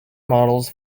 models